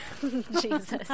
Jesus